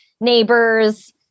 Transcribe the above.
neighbors